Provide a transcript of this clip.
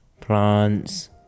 plants